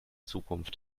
zukunft